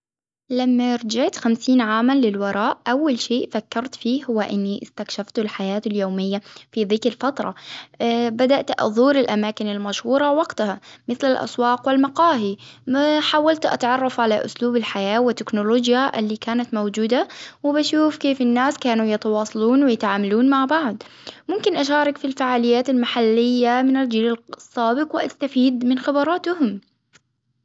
لما رجعت خمسين عاما للوراء أول شيء فكرت فيه هو إني إستكشفت الحياة اليومية في ذيك الفترة، بدأت أزور الأماكن المشهورة وقتها مثل الأسواق والمقاهي، ما حاولت أتعرف على أسلوب الحياة وتكنولوجيا اللي كانت موجودة، وبشوف كيف الناس كانوا يتواصلون ويتعاملون مع بعض، ممكن أشارك في الفعاليات المحلية من الجيل السابق وأستفيد من خبراتهم.